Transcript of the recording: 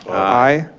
i.